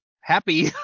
happy